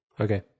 Okay